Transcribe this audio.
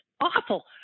awful